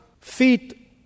feet